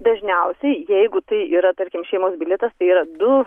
dažniausiai jeigu tai yra tarkim šeimos bilietas tai yra du